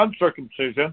uncircumcision